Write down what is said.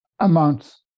amounts